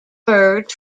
birds